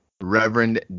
Reverend